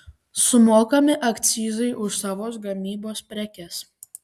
sumokami akcizai už savos gamybos prekes